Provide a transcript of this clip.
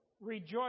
rejoice